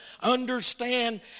understand